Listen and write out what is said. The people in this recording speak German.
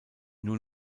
nur